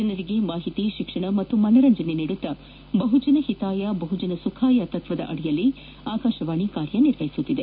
ಜನರಿಗೆ ಮಾಹಿತಿ ಶಿಕ್ಷಣ ಮತ್ತು ಮನರಂಜನೆ ನೀಡುತ್ತಾ ಬಹುಜನ ಹಿತಾಯ ಬಹುಜನ ಸುಖಾಯ ತತ್ವದ ಅದಿಯಲ್ಲಿ ಆಕಾಶವಾಣಿ ಕಾರ್ಯ ನಿರ್ವಹಿಸುತ್ತಿದೆ